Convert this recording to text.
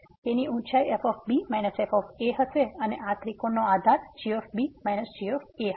તેની ઉંચાઈ f b f હશે અને આ ત્રિકોણનો આધાર g b g હશે